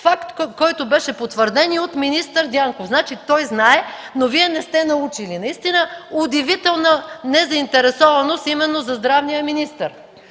факт, който беше потвърден и от министър Дянков. Значи той знае, а Вие не сте научили. Наистина удивителна незаинтересованост именно за здравния министър.